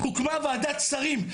הוקמה ועדת שרים.